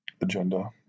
agenda